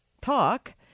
talk